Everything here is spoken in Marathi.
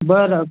बरं